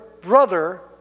brother